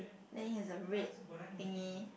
then he has a red thingy